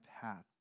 path